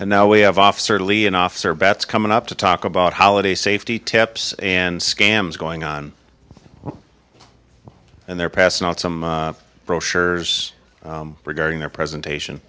and now we have off certainly an officer betts coming up to talk about holiday safety tips and scams going on and they're passing out some brochures regarding their presentation